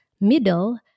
middle